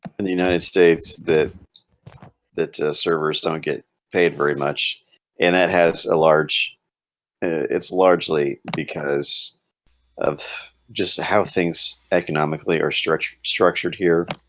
in the united states that that servers don't get paid very much and that has a large it's largely because of just how things economically or stretched structured here